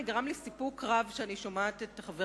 נגרם לי סיפוק רב כשאני שומעת את חבר